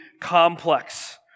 complex